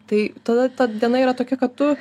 tai tada ta diena yra tokia kad tu